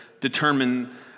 determine